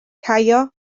caio